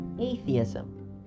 atheism